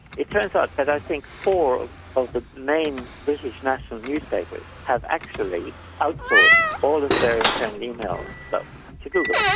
it turns out that i think four of the main british national newspapers have actually outsourced all of their internal email stuff to google,